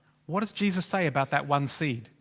what does jesus say about that one seed,